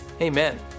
Amen